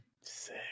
Sick